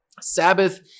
sabbath